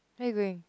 where you going